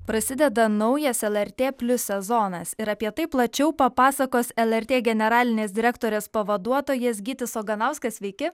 prasideda naujas lrt plius sezonas ir apie tai plačiau papasakos lrt generalinės direktorės pavaduotojas gytis oganauskas sveiki